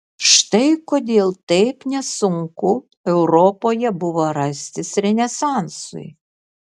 štai kodėl taip nesunku europoje buvo rastis renesansui